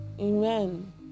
Amen